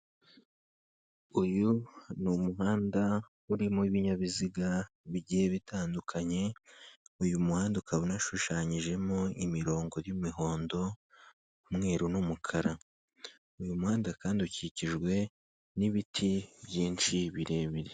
Uyu ni umuhanda urimo ibinyabiziga bigiye bitandukanye, uyu muhanda ukaba unashushanyijemo imirongo y'imihondo, umweru n'umukara. Uyu muhanda kandi ukikijwe n'ibiti byinshi birebire.